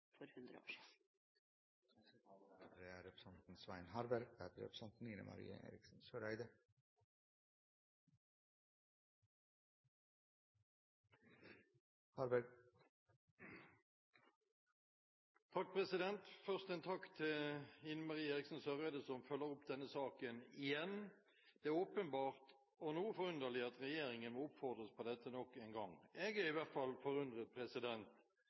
Først en takk til Ine Marie Eriksen Søreide som følger opp denne saken igjen. Det er åpenbart og noe forunderlig at regjeringen må oppfordres til dette nok en gang. Jeg er i hvert fall forundret